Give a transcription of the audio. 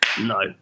No